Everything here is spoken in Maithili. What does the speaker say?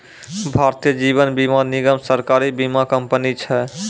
भारतीय जीवन बीमा निगम, सरकारी बीमा कंपनी छै